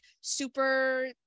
super